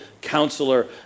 counselor